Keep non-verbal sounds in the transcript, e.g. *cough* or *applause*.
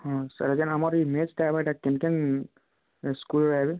ହଁ ସାର୍ ଆମର *unintelligible*